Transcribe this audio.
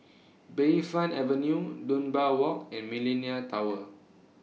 Bayfront Avenue Dunbar Walk and Millenia Tower